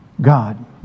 God